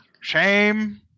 shame